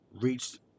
reached